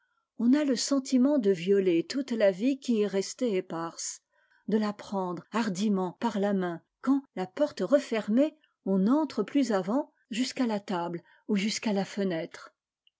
on a le sentiment de violer toute a vie qui y est restée éparse de la prendre hardiment par la main quand la porte refermée on entre plus avant jusqu'à la table ou jusqu'à la fenêtre